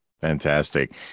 Fantastic